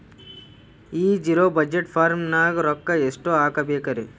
ಈ zero budget farming ನಾಗ್ ರೊಕ್ಕ ಎಷ್ಟು ಹಾಕಬೇಕರಿ?